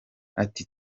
ati